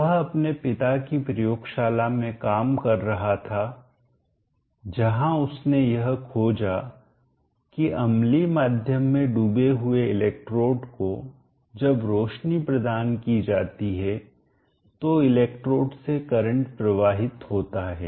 वह अपने पिता की प्रयोगशाला में काम कर रहा था जहां उसने यह खोजा की अम्लीय माध्यम में डूबे हुए इलेक्ट्रोड को जब रोशनी प्रदान की जाती है तो इलेक्ट्रोड से करंट प्रवाहित होता है